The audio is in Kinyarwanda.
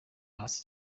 hasi